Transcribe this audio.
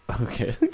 Okay